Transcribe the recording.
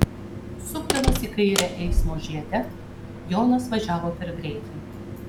sukdamas į kairę eismo žiede jonas važiavo per greitai